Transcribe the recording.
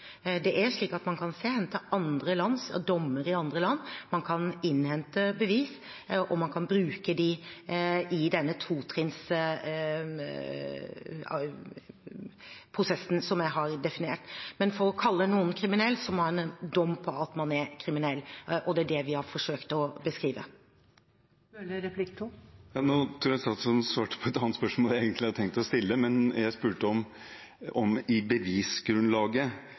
Det er slik at man kan se hen til dommer i andre land, man kan innhente bevis, og man kan bruke dem i denne totrinnsprosessen som jeg har definert. Men for å kalle noen kriminell må man ha en dom på at noen er kriminell, og det er det vi har forsøkt å beskrive. Nå tror jeg statsråden svarte på et annet spørsmål enn det jeg egentlig hadde tenkt å stille. Jeg spurte om det i bevisgrunnlaget,